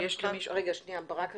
ברק אריאלי,